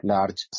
Large